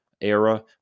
era